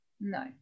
No